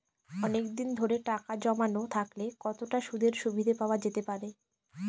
অনেকদিন ধরে টাকা জমানো থাকলে কতটা সুদের সুবিধে পাওয়া যেতে পারে?